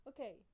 Okay